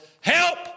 Help